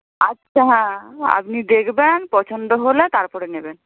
আচ্ছা হ্যাঁ আপনি দেখবেন পছন্দ হলে তারপরে নেবেন